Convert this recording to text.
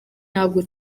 ntabwo